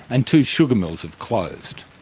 and two sugar mills have closed.